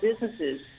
businesses